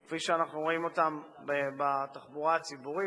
כפי שאנחנו רואים אותם בתחבורה הציבורית,